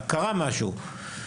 קרה משהו.